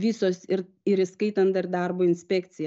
visos ir ir įskaitant dar darbo inspekciją